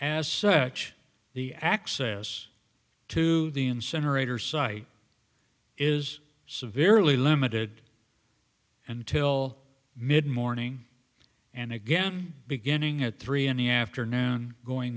as such the access to the incinerator site is severely limited until mid morning and again beginning at three in the afternoon going